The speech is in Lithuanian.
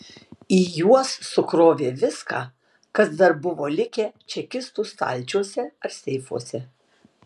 į juos sukrovė viską kas dar buvo likę čekistų stalčiuose ar seifuose